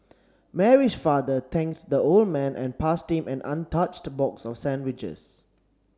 Mary's father thanked the old man and passed him an untouched box of sandwiches